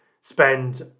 spend